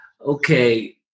okay